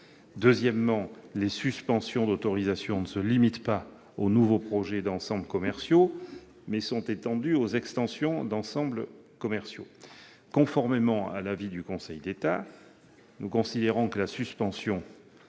ailleurs, les suspensions d'autorisation ne se limitent pas au nouveau projet d'ensembles commerciaux, mais sont étendues aux extensions d'ensembles commerciaux. Conformément à l'avis du Conseil d'État, nous considérons que la suspension doit rester